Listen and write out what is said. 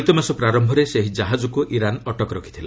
ଚଳିତମାସ ପ୍ରାରମ୍ଭରେ ସେହି ଜାହାଜକୁ ଇରାନ ଅଟକ ରଖିଥିଲା